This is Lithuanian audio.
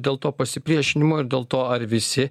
dėl to pasipriešinimo ir dėl to ar visi